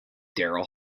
daryl